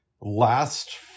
last